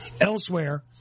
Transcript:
elsewhere